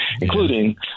including